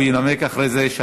הוא ינמק אחרי זה.